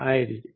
ആയിരിക്കും